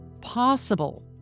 possible